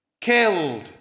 killed